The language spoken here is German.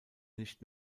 nicht